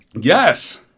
yes